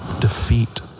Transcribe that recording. defeat